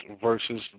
versus